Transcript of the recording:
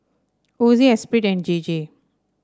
Ozi Esprit and J J